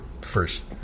first